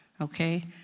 okay